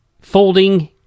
folding